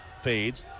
Fades